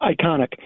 iconic